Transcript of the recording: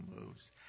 moves